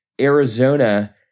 Arizona